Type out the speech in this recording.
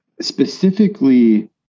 specifically